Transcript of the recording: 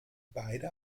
beide